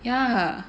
yeah